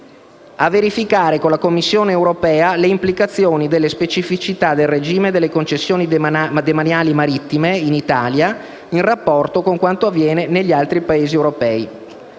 «a verificare con la Commissione europea le implicazioni delle specificità del regime delle concessioni demaniali marittime in Italia, in rapporto con quanto avviene negli altri Paesi europei».